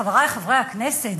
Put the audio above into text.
חברי חברי הכנסת,